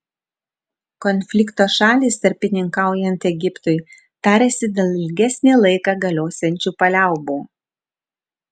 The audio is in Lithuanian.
konflikto šalys tarpininkaujant egiptui tariasi dėl ilgesnį laiką galiosiančių paliaubų